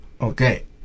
Okay